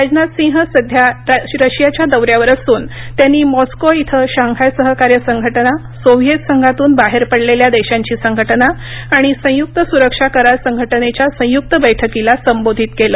राजनाथ सिंह सध्या रशियाच्या दौऱ्यावर असून त्यांनी मास्को इथं शांघाय सहकार्य संघटना सोव्हियत संघातून बाहेर पडलेल्या देशांची संघटना आणि संयुक्त सुरक्षा करार संघटनेच्या संयुक्त बैठकीला संबोधित केलं